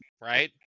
right